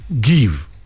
give